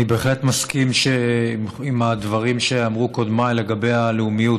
אני בהחלט מסכים לדברים שאמרו קודמיי לגבי הלאומיות,